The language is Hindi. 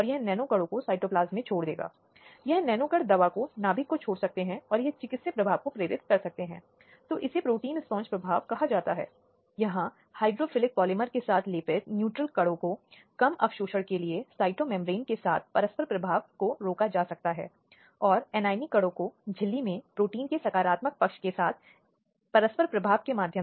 तो यह अभियोजन है जो मामले को कानून की अदालत के सामने लाता है सबूतों आदि के आधार पर बचाव करता है जो वहां हैं और फिर वह बचाव के लिए आगे बढ़ सकता है जहां बचाव पक्ष आगे रक्षा करना पसंद कर सकता है गवाह के रूप में या दस्तावेजों के रूप में आदि